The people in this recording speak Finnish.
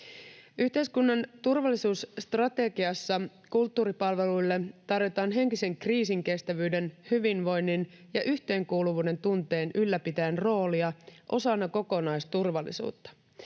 Yhteiskunnan turvallisuusstrategiassa kulttuuripalveluille tarjotaan henkisen kriisinkestävyyden, hyvinvoinnin ja yhteenkuuluvuuden tunteen ylläpitäjän roolia osana kokonaisturvallisuutta.